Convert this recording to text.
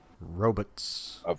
robots